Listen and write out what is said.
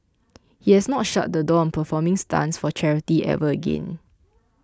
he has not shut the door on performing stunts for charity ever again